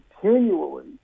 continually